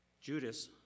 Judas